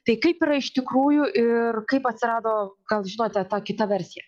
tai kaip yra iš tikrųjų ir kaip atsirado gal žinote ta kita versija